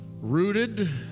rooted